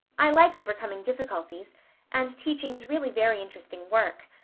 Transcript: i like overcoming difficulties and teaching is really very interesting work.